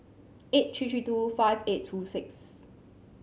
eight three three two five eight two six